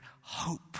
hope